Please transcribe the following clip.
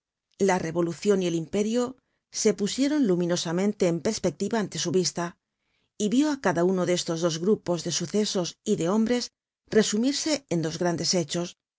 la revolucion y el imperio se pusieron luminosamente en perspectiva ante su vista y vió á cada uno de estos dos grupos de sucesos y de hombres resumirse en dos grandes hechos